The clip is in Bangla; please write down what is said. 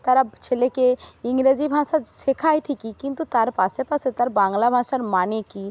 তারা ছেলেকে ইংরেজি ভাষা শেখায় ঠিকই কিন্তু তার পাশে পাশে তার বাংলা ভাষার মানে কী